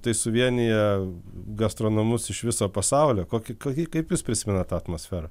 tai suvienija gastronomus iš viso pasaulio kokį kokį kaip jūs prisimenat tą atmosferą